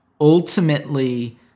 ultimately